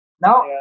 Now